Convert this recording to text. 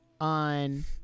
on